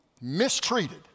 mistreated